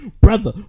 Brother